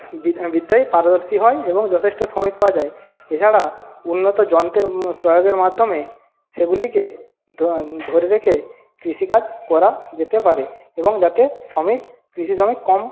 বিদ্যায় পারদর্শী হয় এবং যথেষ্ট শ্রমিক পাওয়া যায় এছাড়া উন্নত যন্ত্রের প্রয়োগের মাধ্যমে সেগুলিকে ধরে রেখে কৃষিকাজ করা যেতে পারে এবং যাতে সাময়িক কৃষি শ্রমিক কম